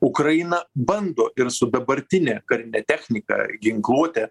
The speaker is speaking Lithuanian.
ukraina bando ir su dabartine karine technika ginkluote